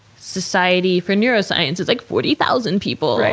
society for neuroscience is like forty thousand people.